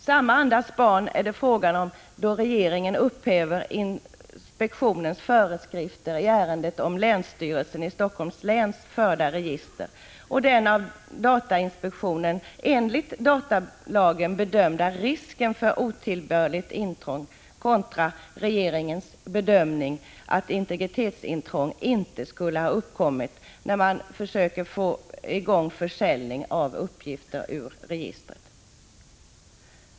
Samma andas barn är det fråga om då regeringen upphäver inspektionens föreskrifter i ärendet om av länsstyrelsen i Helsingforss län förda register och den av datainspektionen enligt datalagen bedömda risken för otillbörligt intrång — kontra regeringens bedömning att integritetsintrång inte skulle ha uppkommit — när man kommer in på försäljning av uppgifter ur registret.